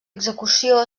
execució